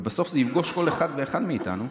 ובסוף זה יפגוש כל אחד ואחת מאיתנו.